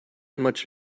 much